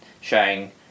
showing